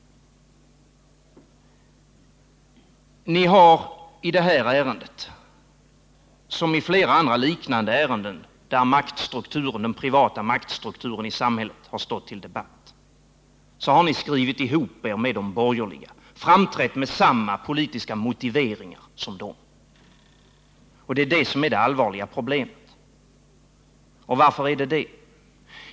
Ni har i detta ärende, som i flera liknande ärenden där den privata maktstrukturen i samhället har stått under debatt, skrivit ihop er med de borgerliga och framträtt med samma politiska motiveringar som de. Det är detta som är det allvarliga problemet. Varför?